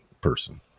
person